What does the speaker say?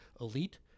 elite